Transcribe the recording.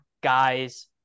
guys